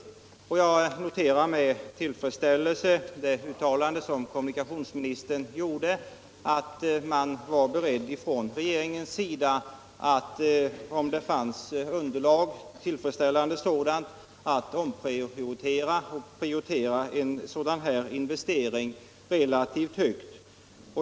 Jag noterar med tillfredsställelse kommunikationsministerns uttalande att man från regeringens sida är beredd att, om det finns tillfredsställande underlag, prioritera och föra upp en sådan här investering relativt högt.